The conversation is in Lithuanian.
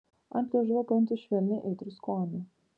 ant liežuvio pajuntu švelniai aitrų skonį